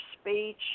speech